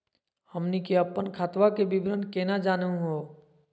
हमनी के अपन खतवा के विवरण केना जानहु हो?